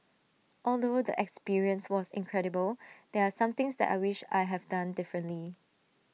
although the experience was incredible there are some things that I wish I have done differently